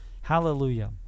Hallelujah